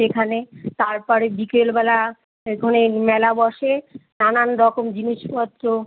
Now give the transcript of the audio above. সেখানে তারপরে বিকেলবেলা এখানে মেলা বসে নানান রকম জিনিসপত্র